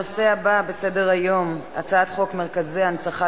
הנושא הבא בסדר-היום: הצעת חוק מרכזי ההנצחה